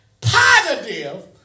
positive